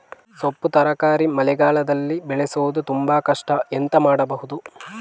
ಸೊಪ್ಪು ತರಕಾರಿ ಮಳೆಗಾಲದಲ್ಲಿ ಬೆಳೆಸುವುದು ತುಂಬಾ ಕಷ್ಟ ಎಂತ ಮಾಡಬಹುದು?